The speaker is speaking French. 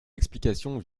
explications